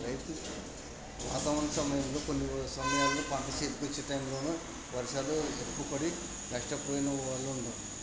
రైతు వాతావరణ సమయంలో కొన్ని సమయాల్లో పంట చేతికి వచ్చే టైంలోను వర్షాలు ఎక్కువ పడి నష్టపోయిన వాళ్ళు ఉండ